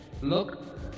Look